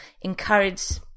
encouraged